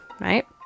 right